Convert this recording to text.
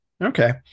okay